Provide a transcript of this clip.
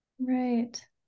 Right